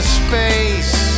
space